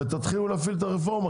ותתחילו להפעיל את הרפורמה,